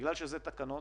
בגלל שזה תקנות